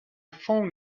phone